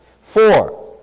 Four